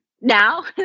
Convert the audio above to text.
now